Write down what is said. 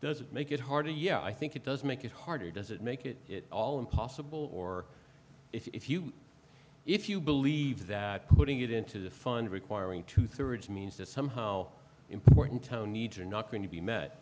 does it make it harder yeah i think it does make it harder does it make it all impossible or if you if you believe that putting it into the fund requiring two thirds means that somehow important tone needs are not going to be met